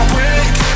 wake